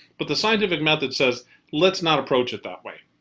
but the scientific method says let's not approach it that way.